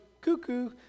cuckoo